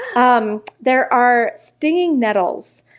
um there are stinging nettles,